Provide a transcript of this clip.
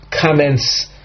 comments